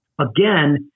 again